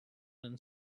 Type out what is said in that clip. than